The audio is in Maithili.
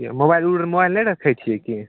मोबाइल ओ आर मोबाइल नहि राखै छियै कि